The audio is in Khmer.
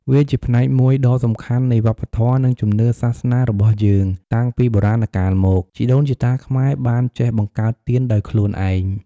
វាជាផ្នែកមួយដ៏សំខាន់នៃវប្បធម៌ និងជំនឿសាសនារបស់យើង តាំងពីបុរាណកាលមក ជីដូនជីតាខ្មែរបានចេះបង្កើតទៀនដោយខ្លួនឯង។